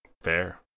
Fair